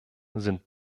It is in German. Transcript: sind